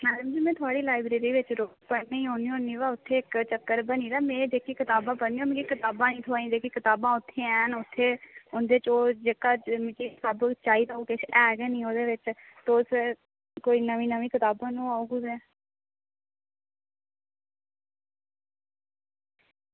madam ji में थुआढ़ी library बिच पढ़ने गी औनी रौह्नी बाऽ उत्थें इक्क चक्कर बनी दा में जेह्कियां कताबां पढ़नी मिगी ओह् कताबां निं थ्होआ दियां ते जेह्कियां कताबां हैन ओह् उत्थें उंदे च ओह् जेह्का मिगी चाहिदा ओह् ऐ गै निं ओह्दे च तो सर नमीं नमीं कताबा नुआओ कुदै